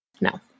No